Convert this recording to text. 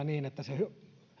niin että se